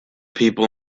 people